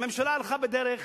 הממשלה הלכה בדרך